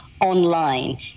online